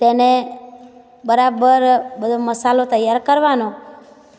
તેને બરાબર બધો મસાલો તૈયાર કરવાનો